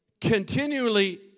continually